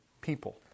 people